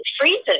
freezes